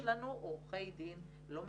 ויש לנו עורכי דין לא מעט.